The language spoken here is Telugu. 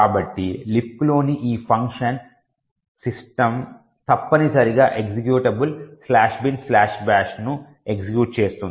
కాబట్టి లిబ్క్లోని ఈ ఫంక్షన్ సిస్టమ్ తప్పనిసరిగా ఎక్జిక్యూటబుల్ "binbash" ను ఎగ్జిక్యూట్ చేస్తుంది